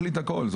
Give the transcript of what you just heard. זה.